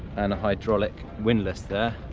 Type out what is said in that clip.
and a hydraulic windlass there,